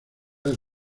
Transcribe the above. del